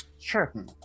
Sure